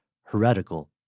heretical